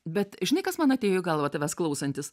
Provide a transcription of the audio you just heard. bet žinai kas man atėjo į galvą tavęs klausantis